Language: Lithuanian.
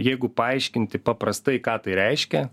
jeigu paaiškinti paprastai ką tai reiškia